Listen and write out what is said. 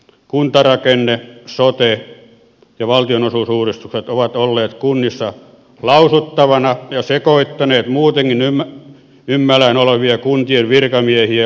kuntarakenne sote ja valtionosuusuudistukset ovat olleet kunnissa lausuttavana ja sekoittaneet muutenkin ymmällään olevia kuntien virkamiehiä ja luottamushenkilöitä